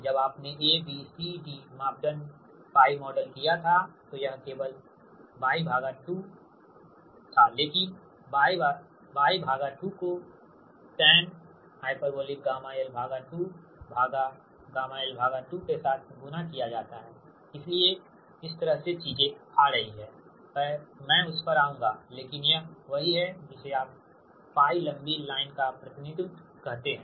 जब आपने A B C D मापदंड π मॉडल किया था तो यह केवल Y2 लेकिन Y2 को tan h Y l2Yl2 के साथ गुणा किया जाता है इसलिए इस तरह से चीजें आ रही हैं मैं उस पर आऊंगा लेकिन यह वही है जिसे आप π लंबी लाइन का प्रतिनिधित्व कहते है